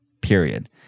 Period